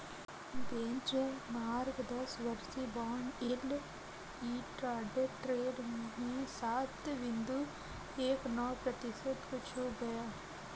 benchmark दस वर्षीय bond yield intraday trade में सात बिंदु एक नौ प्रतिशत को छू गया